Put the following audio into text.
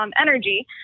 energy